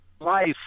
life